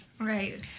Right